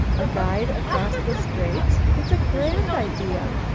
a guide across the straits! it's a grand idea!